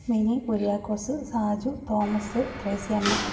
mini Kuriakose Saju Thomas Thresiamma